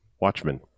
Watchmen